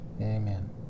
Amen